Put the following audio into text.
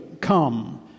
come